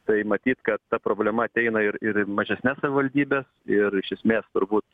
tai matyt kad ta problema ateina ir ir į mažesnes savivaldybes ir iš esmės turbūt